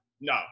No